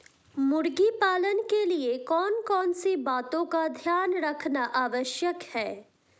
मुर्गी पालन के लिए कौन कौन सी बातों का ध्यान रखना आवश्यक है?